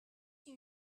you